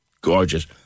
gorgeous